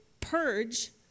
purge